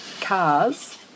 cars